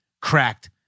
cracked